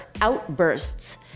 outbursts